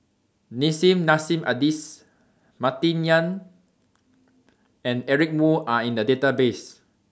Nissim Nassim Adis Martin Yan and Eric Moo Are in The Database